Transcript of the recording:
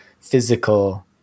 physical